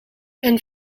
men